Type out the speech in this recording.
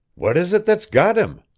what is it that's got him?